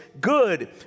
good